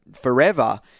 forever